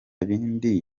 bindi